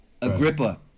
Agrippa